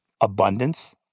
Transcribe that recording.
abundance